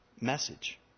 message